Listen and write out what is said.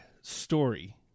story